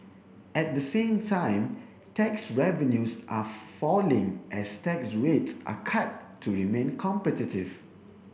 at the same time tax revenues are falling as tax rates are cut to remain competitive